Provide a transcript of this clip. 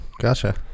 Gotcha